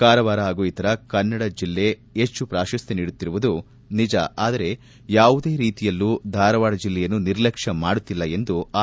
ಕಾರವಾರ ಹಾಗೂ ಉತ್ತರ ಕನ್ನಡ ಜಿಲ್ಲೆಗೆ ಹೆಚ್ಚು ಪೂಠಸ್ತ್ಯ ನೀಡಿರುತ್ತಿರುವುದು ನಿಜ ಆದರೆ ಯಾವುದೇ ರೀತಿಯಲ್ಲೂ ಧಾರವಾಡ ಜಿಲ್ಲೆಯನ್ನು ನಿರ್ಲಕ್ಷ್ಯ ಮಾಡುತ್ತಿಲ್ಲ ಎಂದು ಆರ್